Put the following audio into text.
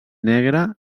negre